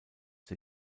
der